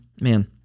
man